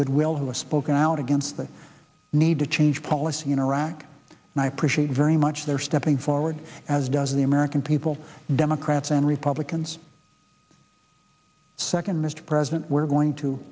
goodwill who have spoken out against the need to change policy in iraq and i appreciate very much they're stepping forward as does the american people democrats and republicans second mr president we're going to